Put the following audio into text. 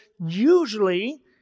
usually